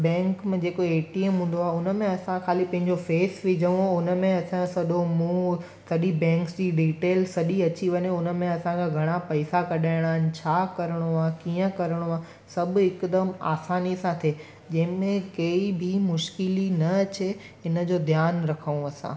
bank में जेको A T M हूंदो आहे उन में असां ख़ाली पंहिंजो फेस विझऊं ऐं उन में असांजो सॼो मुंहुं सॼी बैंक्स जी डिटेल सॼी अची वञे उन में असां खां घणा पैसा कढाइणा आहिनि छा करिणो आहे कीअं करिणो आहे सभु हिकदमि आसानी सां थिए जंहिंमें केई बि मुश्किल न अचे इन जो ध्यानु रखूं असां